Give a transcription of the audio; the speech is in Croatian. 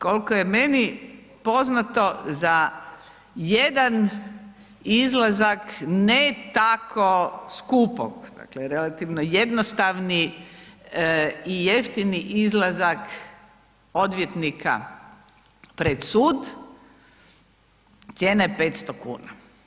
Koliko je meni poznato za jedan izlazak ne tako skupog, dakle relativno jednostavni i jeftini izlazak odvjetnika pred sud cijena je 500 kuna.